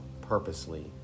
purposely